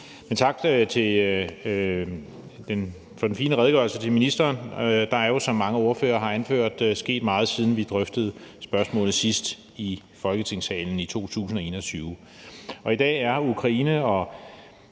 ministeren for den fine redegørelse. Der er jo, som mange ordførere har anført, sket meget, siden vi drøftede spørgsmålet sidst i Folketingssalen i 2021. I dag er Ukraine og